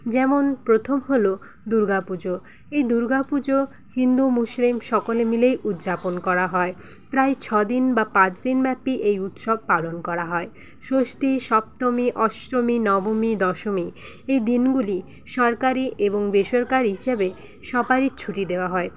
যেমন প্রথম হল দুর্গাপূজো এই দুর্গাপূজো হিন্দু মুসলিম সকলে মিলেই উদযাপন করা হয় প্রায় ছ দিন বা পাঁচ দিনব্যাপী এই উৎসব পালন করা হয় ষষ্ঠী সপ্তমী অষ্টমী নবমী দশমী এই দিনগুলি সরকারি এবং বেসরকারি হিসেবে সবাইর ছুটি দেওয়া হয়